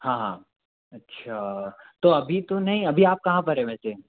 हाँ हाँ अच्छा तो अभी तो नहीं अभी आप कहाँ पर हैं वैसे